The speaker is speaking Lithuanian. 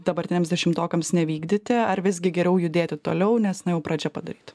dabartiniams dešimtokams nevykdyti ar visgi geriau judėti toliau nes na jau pradžia padaryta